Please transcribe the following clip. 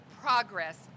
progress